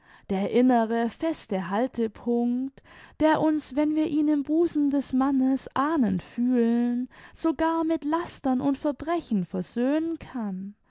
der innere feste haltpunct der uns wenn wir ihn im busen des mannes ahnend fühlen sogar mit lastern und verbrechen versöhnen kann